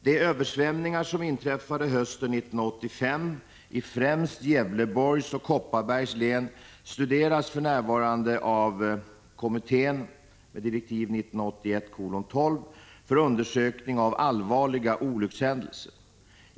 De översvämningar som inträffade hösten 1985 i främst Gävleborgs och Kopparbergs län studeras för närvarande av kommittén för undersökning av allvarliga olyckshändelser.